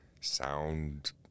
sound